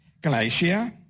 Galatia